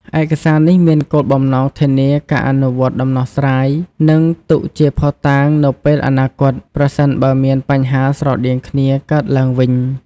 ឯកសារនេះមានគោលបំណងធានាការអនុវត្តដំណោះស្រាយ និងទុកជាភស្តុតាងនៅពេលអនាគត ប្រសិនបើមានបញ្ហាស្រដៀងគ្នាកើតឡើងវិញ។